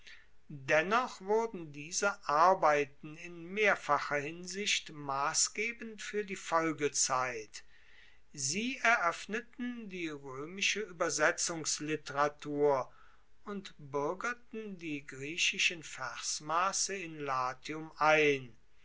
dennoch wurden diese arbeiten in mehrfacher hinsicht massgebend fuer die folgezeit sie eroeffneten die roemische uebersetzungsliteratur und buergerten die griechischen versmasse in latium ein